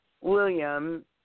William